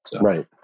right